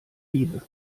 diebe